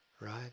right